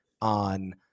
on